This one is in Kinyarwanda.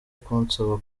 kunsaba